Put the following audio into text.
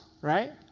right